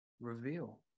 reveal